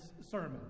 sermon